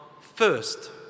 first